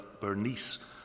Bernice